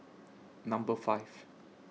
Number five